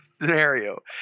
scenario